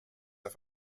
auf